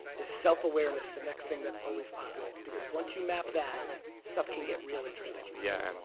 is self-awareness the next thing that always populates because once you map that stuff can get real interesting. yeah, and